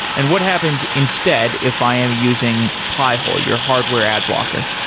and what happens instead if i am using pi-hole, your hardware ad blocker?